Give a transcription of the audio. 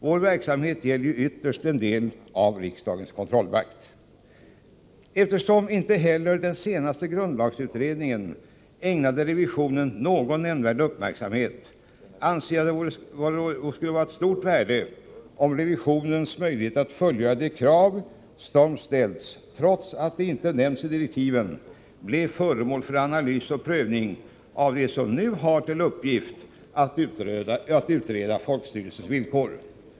Vår verksamhet gäller ju ytterst en del av riksdagens kontrollmakt. Eftersom inte heller den senaste grundlagsutredningen ägnade revisionen någon nämnvärd uppmärksamhet, anser jag det vara av stort värde om revisionens möjligheter att fullgöra de krav som ställs — trots att det inte nämns i direktiven — bleve föremål för analys och prövning av dem som nu har till uppgift att utreda folkstyrelsens villkor.